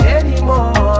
anymore